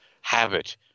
habit